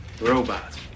robots